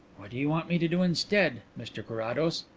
what do you want me to do instead, mr carrados?